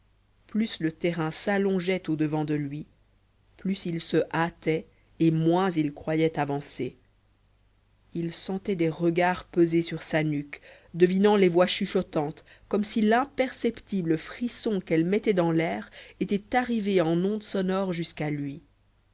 plus le terrain s'allongeait au-devant de lui plus il se hâtait et moins il croyait avancer il sentait des regards peser sur sa nuque devinant les voix chuchotantes comme si l'imperceptible frisson qu'elles mettaient dans l'air était arrivé en ondes sonores jusqu'à lui